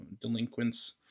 Delinquents